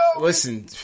Listen